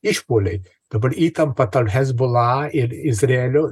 išpuoliai dabar įtampa tarp hezbollah ir izraelio